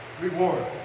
reward